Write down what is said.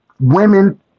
women